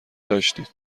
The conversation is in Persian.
داشتید